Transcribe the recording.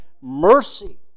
mercy